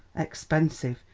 expensive?